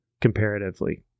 comparatively